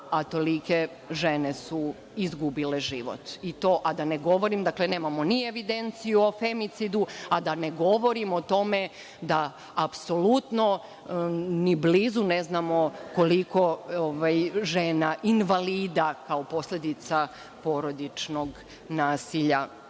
A tolike žene su izgubile život, nemamo ni evidenciju o femicidu, a da ne govorim o tome da apsolutno ni blizu ne znamo koliko žena invalida, kao posledica porodičnog nasilja,